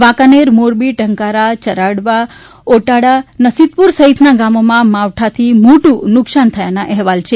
વાંકાનેર મોરબી ટંકારા ચરાડવા ઓટાળા નસીતપુર સફિતના ગામોમાં માવઠાથી મોટું નુકસાન થયું છે